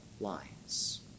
lines